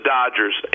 Dodgers